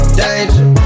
danger